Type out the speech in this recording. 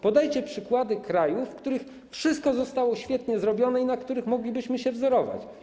Podajcie przykłady krajów, w których wszystko zostało świetnie zrobione i na których moglibyśmy się wzorować.